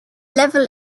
level